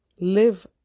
live